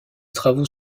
travaux